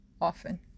often